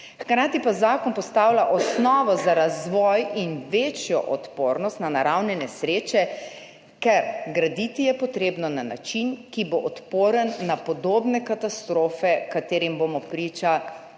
Hkrati pa zakon postavlja osnovo za razvoj in večjo odpornost na naravne nesreče, ker graditi je potrebno na način, ki bo odporen na podobne katastrofe, katerim bomo priča